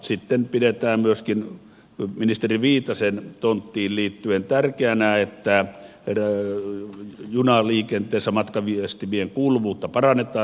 sitten pidetään myöskin ministeri viitasen tonttiin liittyen tärkeänä että junaliikenteessä matkaviestimien kuuluvuutta parannetaan